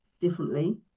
differently